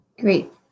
Great